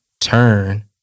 turn